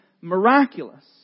miraculous